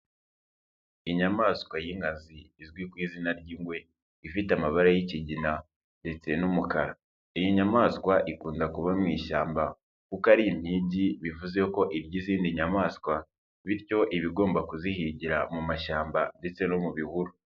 Inyamaswa y'inkazi izwi ku izina ry'ingwe, ifite amabara y'ikigina ndetse n'umukara, iyi nyamaswa ikunda kuba mu ishyamba kuko ari impigi bivuze ko irya izindi nyamaswa, bityo iba igomba kuzihigira mu mashyamba ndetse no mu bihuru.